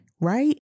right